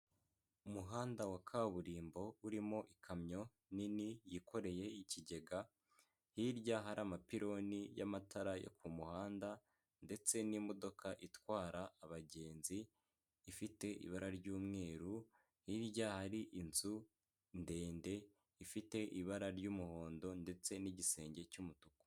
Umuhanda wa kaburimbo urimo ikamyo nini yikoreye ikigega, hirya hari amapironi y'amatara yo ku muhanda ndetse n'imodoka itwara abagenzi ifite ibara ry'umweru, hirya hari inzu ndende ifite ibara ry'umuhondo ndetse n'igisenge cy'umutuku.